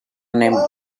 name